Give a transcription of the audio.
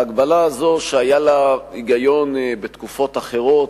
ההגבלה הזו, שהיה לה היגיון בתקופות אחרות,